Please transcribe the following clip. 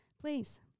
Please